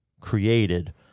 created